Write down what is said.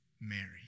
Mary